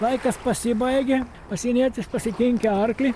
laikas pasibaigė pasienietis pasikinkė arklį